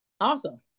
Awesome